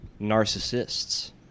narcissists